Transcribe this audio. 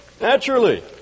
naturally